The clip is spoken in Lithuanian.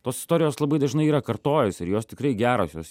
tos istorijos labai dažnai yra kartojasi ir jos tikrai geros jos